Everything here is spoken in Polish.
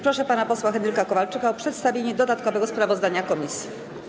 Proszę pana posła Henryka Kowalczyka o przedstawienie dodatkowego sprawozdania komisji.